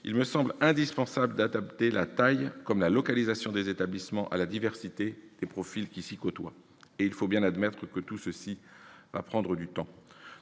il me semble indispensable d'adapter la taille comme la localisation des établissements à la diversité des profils qui s'y côtoient. Il faut bien admettre que tout cela va prendre du temps.